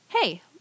Hey